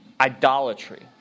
idolatry